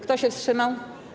Kto się wstrzymał?